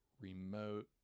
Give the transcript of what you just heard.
remote